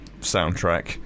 soundtrack